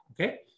Okay